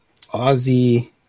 Aussie